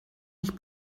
nicht